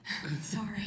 Sorry